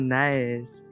nice